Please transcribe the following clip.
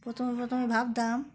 প্রথম প্রথম আমি ভাবতাম